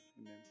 Amen